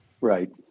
Right